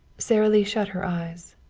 sara lee shut her eyes.